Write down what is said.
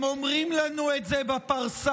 הם אומרים לנו את זה בפרסה,